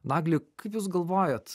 nagli kaip jūs galvojat